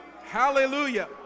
Hallelujah